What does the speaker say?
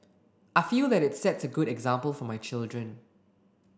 I feel that it sets a good example for my children